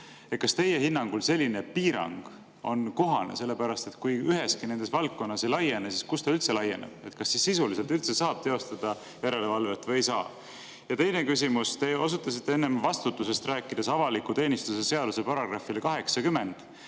Kas teie hinnangul selline piirang on kohane? Kui see nendele valdkondadele ei laiene, siis kuhu ta üldse laieneb? Kas sisuliselt üldse saab teostada järelevalvet või ei saa? Ja teine küsimus. Te osutasite enne vastutusest rääkides avaliku teenistuse seaduse §-le 80.